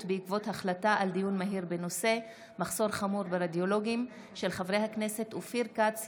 בעקבות דיון מהיר בהצעתם של חברי הכנסת אופיר כץ,